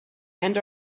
and